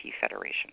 Federation